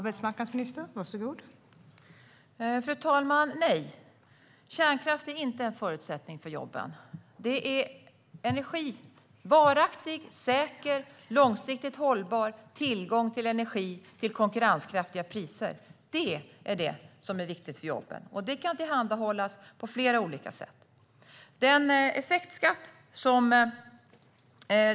Fru talman! Nej, kärnkraft är inte en förutsättning för jobben. Det handlar om energi som är varaktig, säker och långsiktigt hållbar. Det handlar om tillgång till energi till konkurrenskraftiga priser. Det är det som är viktigt för jobben, och detta kan tillhandahållas på flera olika sätt.